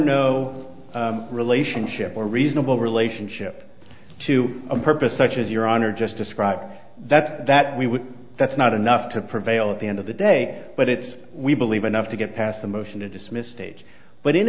no relationship or reasonable relationship to a purpose such as your honor just describe that that we would that's not enough to prevail at the end of the day but it's we believe enough to get past the motion to dismiss stage but in